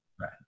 Right